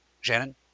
Shannon